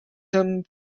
them